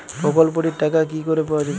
প্রকল্পটি র টাকা কি করে পাওয়া যাবে?